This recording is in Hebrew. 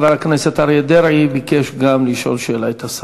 חבר הכנסת אריה דרעי ביקש גם הוא לשאול שאלה את השר.